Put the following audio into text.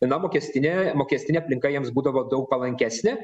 viena mokestine mokestinė aplinka jiems būdavo daug palankesnė